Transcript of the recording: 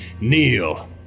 kneel